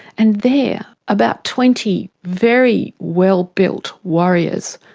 and there about twenty very well-built warriors,